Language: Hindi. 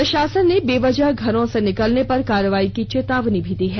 प्रशासन ने बेवजह घरों से निकलने पर कार्रवाई की चेतावनी दी है